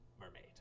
mermaid